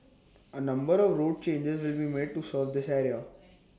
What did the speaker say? A number of road changes will be made to serve this area